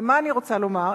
מה אני רוצה לומר?